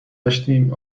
گشتیم